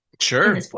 Sure